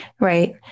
Right